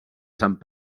sant